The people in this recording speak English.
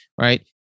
right